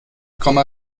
komma